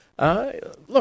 Look